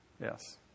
Yes